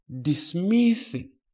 dismissing